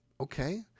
Okay